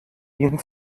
ihn